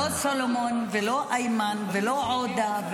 לא סולומון ולא איימן ולא עודה.